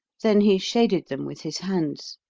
then he shaded them with his hands.